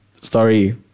story